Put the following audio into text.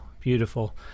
Beautiful